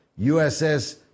USS